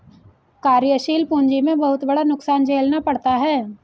कार्यशील पूंजी में बहुत बड़ा नुकसान झेलना पड़ता है